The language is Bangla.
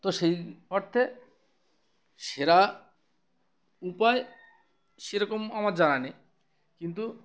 তো সেই অর্থে সেরা উপায় সেরকম আমার জানা নেই কিন্তু